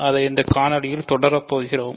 அதை இந்தக் காணொளியில் தொடர போகிறோம்